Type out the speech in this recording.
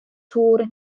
suur